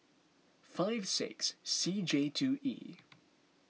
five six C J two E